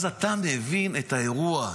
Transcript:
אז אתה מבין את האירוע.